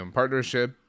partnership